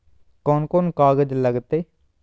कौन कौन कागज लग तय?